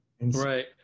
Right